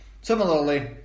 Similarly